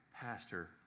pastor